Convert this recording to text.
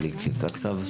בבקשה.